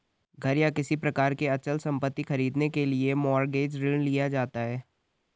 घर या किसी प्रकार की अचल संपत्ति खरीदने के लिए मॉरगेज ऋण लिया जाता है